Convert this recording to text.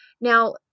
Now